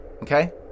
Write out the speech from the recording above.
okay